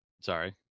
Sorry